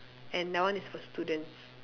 and that one is for students